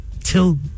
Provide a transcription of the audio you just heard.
till